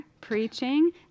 preaching